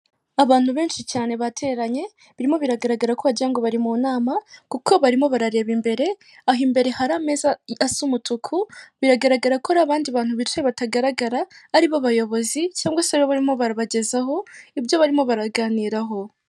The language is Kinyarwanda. Abantu benshi cyane bateranye birimo biragaragara ko wagira ngo bari mu nama, kuko barimo barareba imbere, aho imbere hari ameza asa umutuku, biragaragara ko hari abandi bantu bicaye batagaragara aribo bayobozi cyangwa se barimo barabagezaho ibyo barimo baraganiraho.